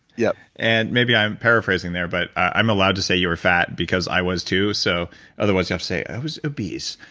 yeah and maybe i'm paraphrasing there, but i'm allowed to say you were fat because i was too. so otherwise you have to say, i was obese.